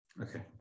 okay